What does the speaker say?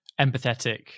empathetic